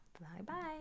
Bye-bye